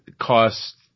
cost